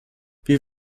wir